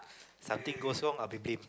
something goes wrong I'll be blamed